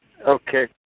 Okay